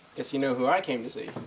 guess you know who i came to see.